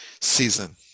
season